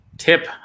tip